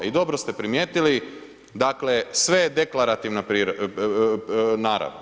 I dobro ste primijetili dakle sve je deklarativna narav.